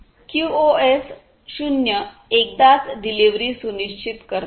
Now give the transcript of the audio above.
QoS 0 एकदाच delivery सुनिश्चित करते